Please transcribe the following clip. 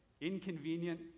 inconvenient